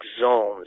zones